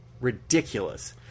ridiculous